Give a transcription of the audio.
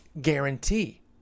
guarantee